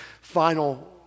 final